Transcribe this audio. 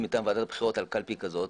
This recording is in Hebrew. מטעם ועדת הבחירות על קלפי כזאת,